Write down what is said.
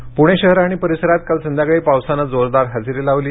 पाऊस पुणे शहर आणि परिसरात काल संध्याकाळी पावसानं जोरदार हजेरी लावली